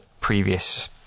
previous